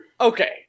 Okay